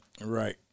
Right